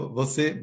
você